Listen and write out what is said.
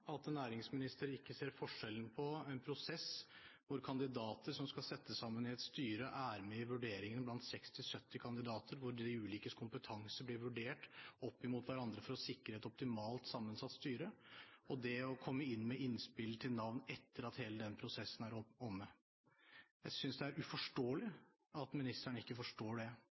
at en næringsminister ikke ser forskjellen på en prosess hvor kandidater som skal sitte sammen i et styre, er med i vurderingen blant 60–70 kandidater hvor de ulikes kompetanse blir vurdert opp mot hverandre for å sikre et optimalt sammensatt styre, og det å komme inn med innspill til navn etter at hele den prosessen er omme. Jeg synes det er uforståelig at ministeren ikke forstår det.